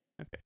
Okay